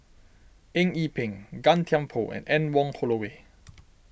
Eng Yee Peng Gan Thiam Poh and Anne Wong Holloway